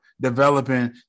developing